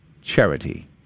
charity